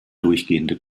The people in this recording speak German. durchgehende